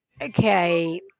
okay